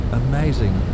amazing